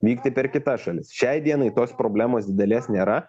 vykti per kitas šalis šiai dienai tos problemos didelės nėra